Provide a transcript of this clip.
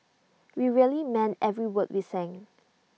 we really meant every word we sang